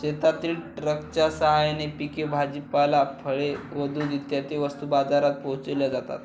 शेतातील ट्रकच्या साहाय्याने पिके, भाजीपाला, फळे व दूध इत्यादी वस्तू बाजारात पोहोचविल्या जातात